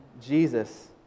Jesus